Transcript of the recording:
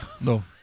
No